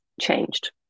changed